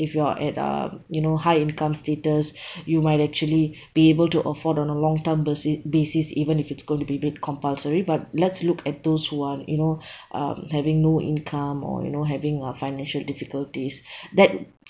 if you are at uh you know high income status you might actually be able to afford on a long time basi~ basis even if it's going to be a bit compulsory but let's look at those who are you know um having no income or you know having uh financial difficulties that